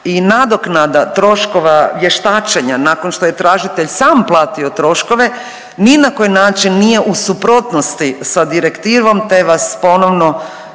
I nadoknada troškova vještačenja nakon što je tražitelj sam platio troškove ni na koji način nije u suprotnosti sa direktivom, te vas ponovno